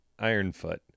Ironfoot